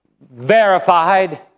verified